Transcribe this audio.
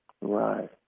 Right